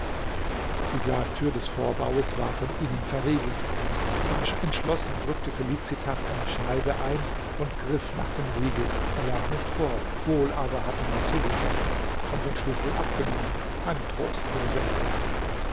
die glasthür des vorbaues war von innen verriegelt rasch entschlossen drückte felicitas eine scheibe ein und griff nach dem riegel er lag nicht vor wohl aber hatte man zugeschlossen und den schlüssel abgenommen eine trostlose entdeckung